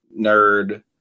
nerd